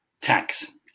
tax